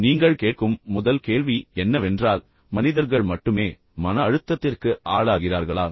நீங்கள் கேட்கும் முதல் கேள்வி என்னவென்றால் மனிதர்கள் மட்டுமே மன அழுத்தத்திற்கு ஆளாகிறார்களா